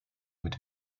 mit